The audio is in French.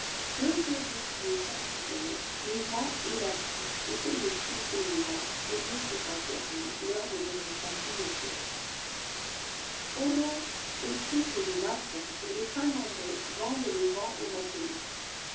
deux tonneaux qui étant ouverts les vents et la pluie étaient des plus véhéments au lieu qu'étsudt fermés l'air devenait tranquille et serein olaus écrit que les lapons et les finlandais vendent les vents aux matelots